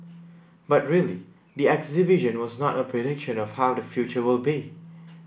but really the exhibition was not a prediction of how the future will be